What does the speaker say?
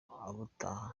ubutaha